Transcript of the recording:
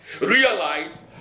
realize